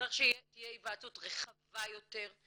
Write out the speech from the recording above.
צריך שתהיה היוועצות רחבה יותר,